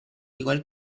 igual